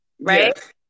right